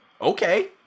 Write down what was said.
Okay